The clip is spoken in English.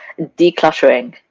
decluttering